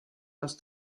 das